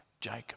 Jacob